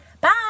Bye